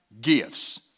gifts